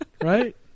Right